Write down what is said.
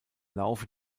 laufe